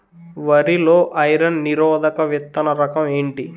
వరి లో ఐరన్ నిరోధక విత్తన రకం ఏంటి?